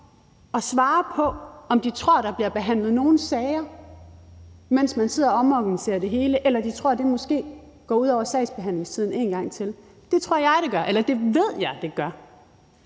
at svare på, om de tror, at der bliver behandlet nogen sager, mens man sidder og omorganiserer det hele, eller om de tror, at det måske går ud over sagsbehandlingstiden en gang til. Det tror jeg det gør, eller det ved jeg, at det gør.